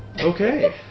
Okay